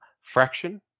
fraction